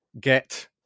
get